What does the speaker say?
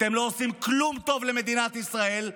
אתם לא עושים שום טוב למדינת ישראל,